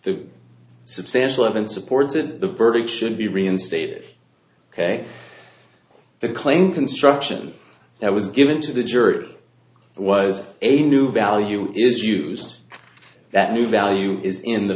the substantial haven't supported the burdock should be reinstated ok the claim construction that was given to the jury was a new value is used that new value is in the